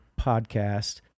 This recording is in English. podcast